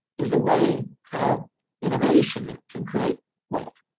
is a way how innovation can create wealth.